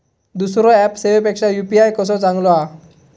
दुसरो ऍप सेवेपेक्षा यू.पी.आय कसो चांगलो हा?